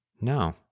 No